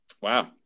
Wow